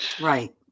right